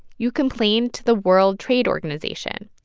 you complain to the world trade organization.